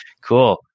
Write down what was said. Cool